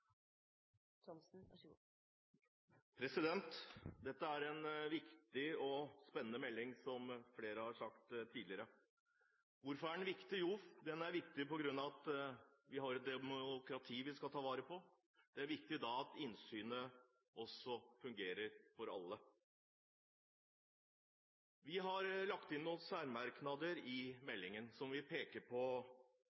den viktig? Jo, den er viktig fordi vi har et demokrati vi skal ta vare på. Det er viktig da at innsynet også fungerer for alle. Vi har lagt inn noen særmerknader i